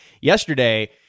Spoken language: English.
yesterday